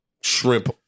shrimp